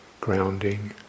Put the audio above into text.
grounding